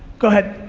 go ahead.